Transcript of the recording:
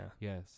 Yes